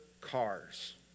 cars